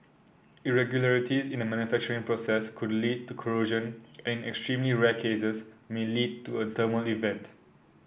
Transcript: irregularities in the manufacturing process could lead to corrosion and in extremely rare cases may lead to a thermal event